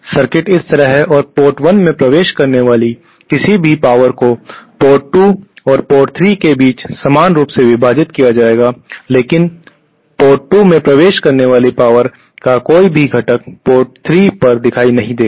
circuit इस तरह है और पोर्ट 1 में प्रवेश करने वाली किसी भी पावर को पोर्ट 2 और पोर्ट 3 के बीच समान रूप से विभाजित किया जाएगा लेकिन पोर्ट 2 में प्रवेश करने वाली पावर का कोई भी घटक पोर्ट 3 पर दिखाई नहीं देगा